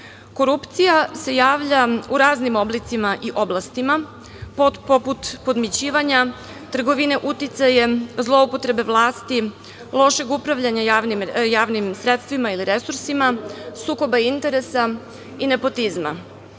zakonom. Korupcija je javlja u raznim oblicima i oblastima, poput podmićivanja, trgovine uticajem, zloupotrebe vlasti, lošeg upravljanja javnim sredstvima ili resursima, sukoba interesa i nepotizma. Borba